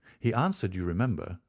he answered, you remember,